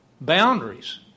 boundaries